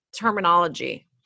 terminology